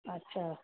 اچھا